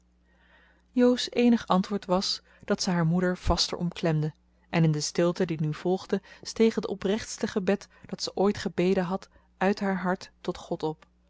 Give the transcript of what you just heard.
jo's eenig antwoord was dat ze haar moeder vaster omklemde en in de stilte die nu volgde steeg het oprechtste gebed dat ze ooit gebeden had uit haar hart tot god op